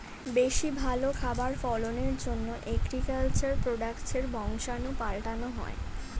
বেশি ভালো খাবার ফলনের জন্যে এগ্রিকালচার প্রোডাক্টসের বংশাণু পাল্টানো হয়